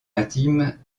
intime